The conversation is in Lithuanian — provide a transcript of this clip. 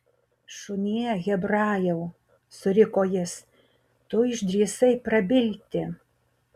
šunie hebrajau suriko jis tu išdrįsai prabilti